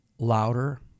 louder